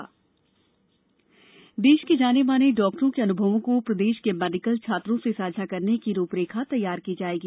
समीक्षा बैठक देश के जानेमाने चिकित्सकों के अनुभवों को प्रदेश के मेडीकल छात्रों से साझा करने की रूपरेखा तैयार की जाएगी